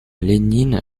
lénine